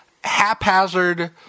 haphazard